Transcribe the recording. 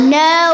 no